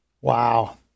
Wow